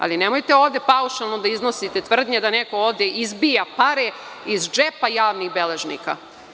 Ali nemojte ovde paušalno da iznosite tvrdnje da neko ovde izbija pare iz džepa javnih beležnika.